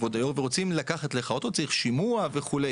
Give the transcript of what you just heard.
ורוצים לקחת לך אותו, צריך שימוע וכו'.